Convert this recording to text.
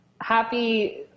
Happy